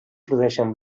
produeixen